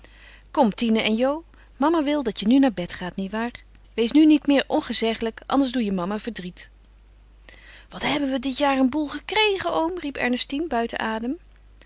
tine en jo mama wil dat je nu naar bed gaat niet waar wees nu niet meer ongezeggelijk anders doe je mama verdriet wat hebben we dit jaar een boel gekregen oom riep ernestine buiten adem